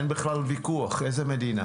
אין בכלל ויכוח איזו מדינה